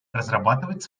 разрабатывать